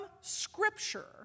scripture